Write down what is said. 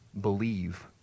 believe